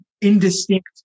indistinct